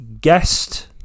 Guest